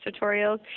tutorials